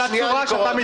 על הצורה שאתה מתנהל.